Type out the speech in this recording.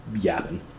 yapping